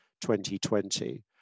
2020